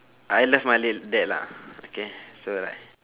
I love my late dad lah okay so like